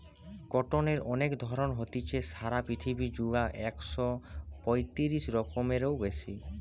কটনের অনেক ধরণ হতিছে, সারা পৃথিবী জুড়া একশ পয়তিরিশ রকমেরও বেশি